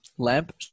lamp